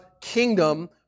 kingdom